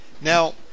Now